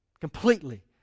completely